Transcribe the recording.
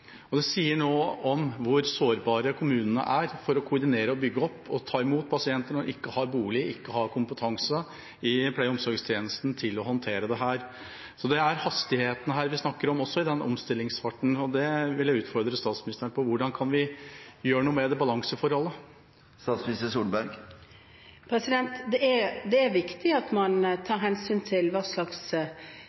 Det sier noe om hvor sårbare kommunene er med hensyn til å koordinere og bygge opp og ta imot pasienter når man ikke har bolig, ikke har kompetanse i pleie- og omsorgstjenesten til å håndtere dette. Så det er hastigheten vi også snakker om her i den omstillingsfasen, og det vil jeg utfordre statsministeren på: Hvordan kan vi gjøre noe med det balanseforholdet? Det er viktig at man tar hensyn til hva slags